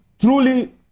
truly